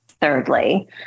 thirdly